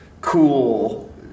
cool